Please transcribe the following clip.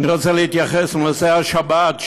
אני רוצה להתייחס לנושא השבת.